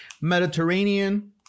Mediterranean